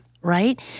Right